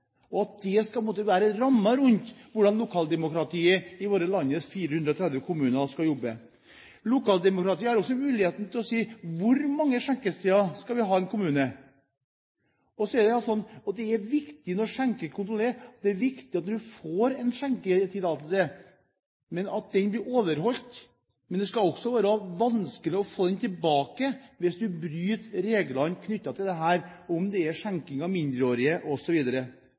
og at det skal være rammer rundt hvordan lokaldemokratiet i landets 430 kommuner skal jobbe. Lokaldemokratiet har også muligheten til å si hvor mange skjenkesteder man skal ha i en kommune. Det er viktig med skjenkekontroll. Det er viktig når man får en skjenketillatelse, at den blir overholdt. Det skal også være vanskelig å få den tilbake hvis man bryter reglene knyttet til dette, om det er skjenking av mindreårige